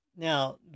Now